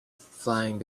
flying